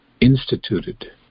instituted